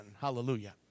Hallelujah